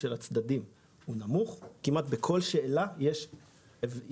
של צדדים הוא נמוך כמעט בכל שאלה יש מדרג,